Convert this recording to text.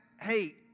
hey